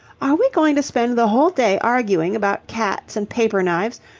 are we going to spend the whole day arguing about cats and paper-knives?